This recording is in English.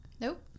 Nope